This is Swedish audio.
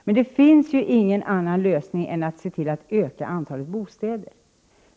Det finns ingen annan lösning än att se till att öka antalet bostäder.